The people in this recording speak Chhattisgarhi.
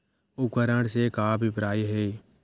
उपकरण से का अभिप्राय हे?